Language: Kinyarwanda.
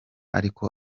ariko